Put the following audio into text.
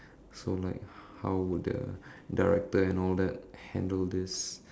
so like how would the director and all that handle this